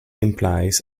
implies